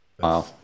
wow